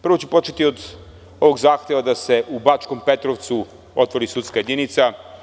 Prvo ću početi od ovog zahteva da se u Bačkom Petrovcu otvori sudska jedinica.